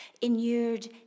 inured